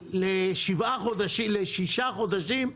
לשישה חודשים,